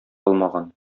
алмаган